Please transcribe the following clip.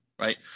right